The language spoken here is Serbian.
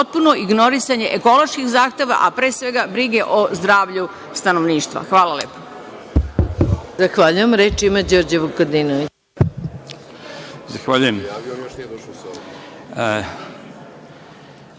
potpuno ignorisanje ekoloških zahteva, a pre svega brige o zdravlju stanovništva. Hvala lepo.